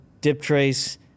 Diptrace